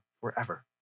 forever